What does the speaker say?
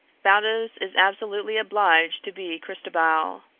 baldos is absolutely obliged to be christobal,